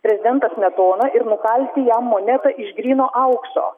prezidentą smetoną ir nukalti jam monetą iš gryno aukso